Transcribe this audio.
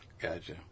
Gotcha